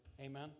Amen